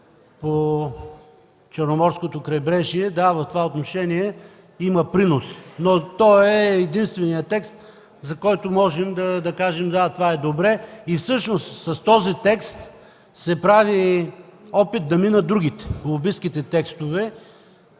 по Черноморското крайбрежие. Да, в това отношение има принос, но той е единственият текст, за който можем да кажем: да, това е добре. И всъщност с този текст се прави опит да минат другите, лобистките текстове.